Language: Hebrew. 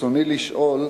רצוני לשאול: